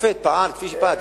שופט פעל כפי שפעל.